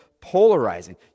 polarizing